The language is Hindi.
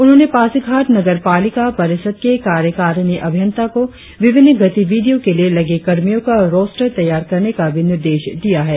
उन्होंने पासीघाट नगर पालिका परिषद के कार्यकारिणी अभियंता को विभिन्न गतिविधियों के लिए लगे कर्मियों का रेस्टर तैयार करने का भी निर्देह दिया है